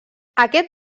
aquest